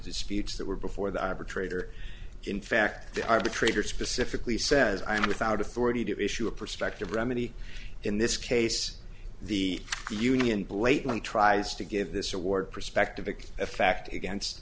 disputes that were before the arbitrator in fact the arbitrator specifically says i am without authority to issue a prospective remedy in this case the union blatantly tries to give this award perspective in effect against